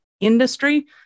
industry